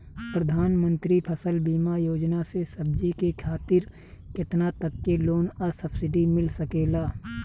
प्रधानमंत्री फसल बीमा योजना से सब्जी के खेती खातिर केतना तक के लोन आ सब्सिडी मिल सकेला?